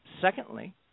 Secondly